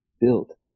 built